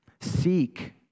Seek